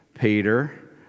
Peter